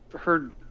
heard